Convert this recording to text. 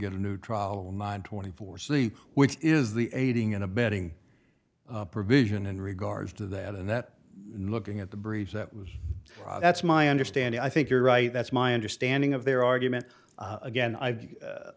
get a new trial in mind twenty four c which is the aiding and abetting provision in regards to that and that looking at the breach that was that's my understanding i think you're right that's my understanding of their argument again i